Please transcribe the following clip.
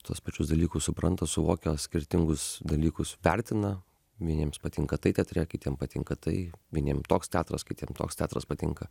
tuos pačius dalykus supranta suvokia skirtingus dalykus vertina vieniems patinka tai teatre kitiem patinka tai vieniem toks teatras kitiem toks teatras patinka